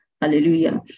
Hallelujah